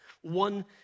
One